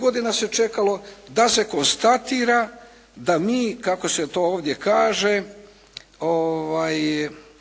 godina se čekalo da se konstatira da mi kako se to ovdje kaže